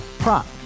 Prop